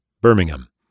Birmingham